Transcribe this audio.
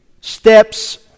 steps